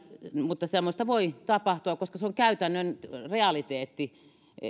mutta semmoista voi tapahtua koska se on käytännön realiteetti että